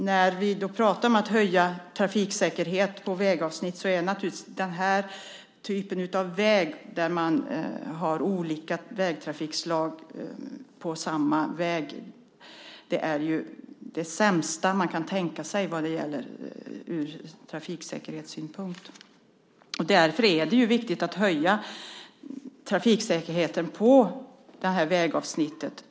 När vi pratar om att höja trafiksäkerheten på vägavsnitt är naturligtvis den här typen av väg, där det finns många olika trafikslag på samma väg, det sämsta man kan tänka sig ur trafiksäkerhetssynpunkt. Därför är det viktigt att höja väg och trafikstandarden på det här vägavsnittet.